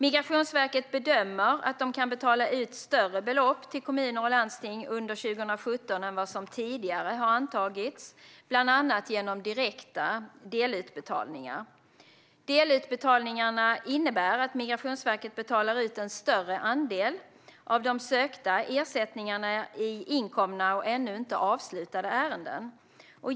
Migrationsverket bedömer att man kan betala ut större belopp till kommuner och landsting under 2017 än vad som tidigare antagits, bland annat genom direkta delutbetalningar. Delutbetalningarna innebär att Migrationsverket betalar ut en större andel av de sökta ersättningarna i inkomna och ännu inte avslutade ärenden.